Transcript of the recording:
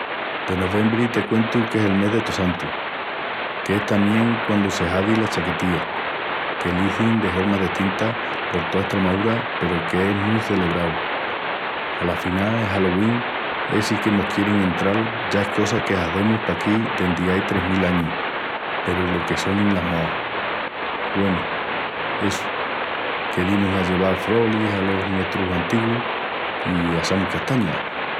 De noviembri te cuentu que es el mes delos tossantus, qu'es tamién quandu se hazi la chaquetía, que l'izin de hormas destintas por toa Estremaúra peru qu'es mu celebrau. Afinal, el Halloween essi que mos quierin entral ya es cosa que hazemus paquí dendi ai tres mil añus peru lo que sonin las moas. Güenu, essu, que dimus a lleval frolis alos nuestrus antigus i assamus castañas.